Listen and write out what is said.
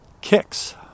kicks